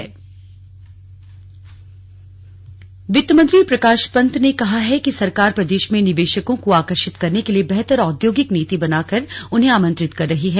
औद्योगिक नीति वित्त मंत्री प्रकाश पन्त ने कहा है कि सरकार प्रदेश में निवेशकों को आकर्षित करने के लिये बेहतर औद्योगिक नीति बना कर उन्हें आमंत्रित कर रही है